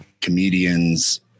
comedians